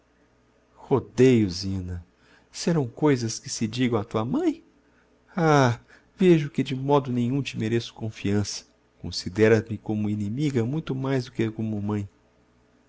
rodeios zina serão coisas que se digam a tua mãe ah vejo que de modo nenhum te mereço confiança consideras me como inimiga muito mais do que como mãe